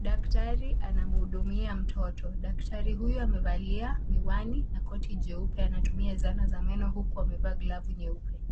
Daktari anamhudumia mtoto. Daktari huyu amevalia miwani na koti jeupe. Anatumia zana za meno huku amevaa glavu nyeupe.